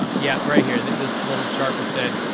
um yeah, right here, this little chart which said,